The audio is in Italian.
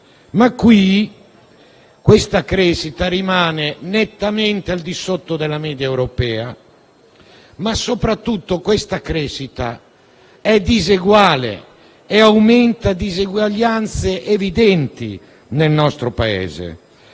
ma è una crescita che rimane nettamente al di sotto della media europea, ma che soprattutto è diseguale e aumenta diseguaglianze evidenti nel nostro Paese.